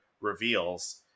reveals